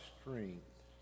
strength